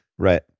Right